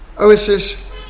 OSS